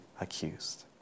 accused